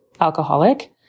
alcoholic